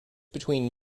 between